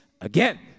again